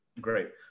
great